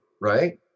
right